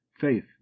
faith